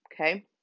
okay